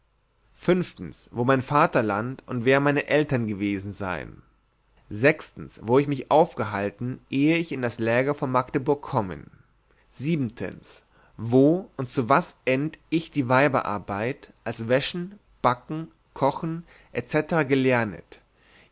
wo mein vatterland und wer meine eltern gewesen sein sechstens wo ich mich aufgehalten ehe ich in das läger vor magdeburg kommen siebendens wo und zu was end ich die weiberarbeit als wäschen backen kochen etc gelernet